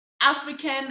African